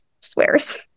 swears